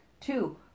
Two